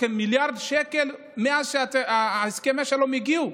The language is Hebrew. כמיליארד שקל מאז שהסכמי השלום הגיעו.